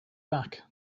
back